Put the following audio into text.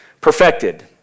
perfected